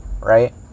right